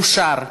נתקבל.